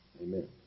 Amen